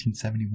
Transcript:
1971